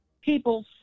people